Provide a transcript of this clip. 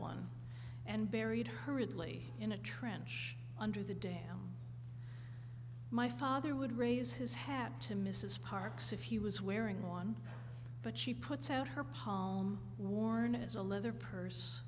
one and buried hurriedly in a trench under the day my father would raise his hat to mrs parks if he was wearing one but she puts out her palm worn as a leather purse